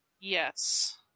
Yes